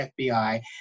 FBI